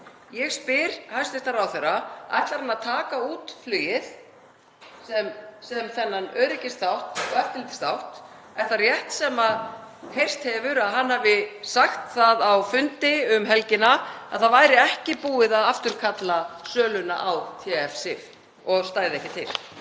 Ég spyr hæstv. ráðherra: Ætlar hann að taka út flugið sem þennan öryggisþátt og eftirlitsþátt? Er það rétt, sem heyrst hefur, að hann hafi sagt það á fundi um helgina að það væri ekki búið að afturkalla söluna á TF-SIF og stæði ekki til?